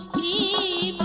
e